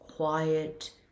quiet